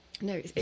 no